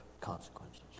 consequences